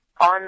on